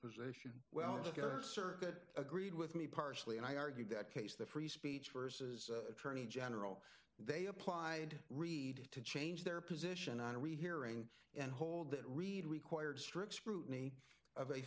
position well the circuit agreed with me partially and i argued that case the free speech versus attorney general they applied read to change their position on rehearing and hold that read required strict scrutiny of a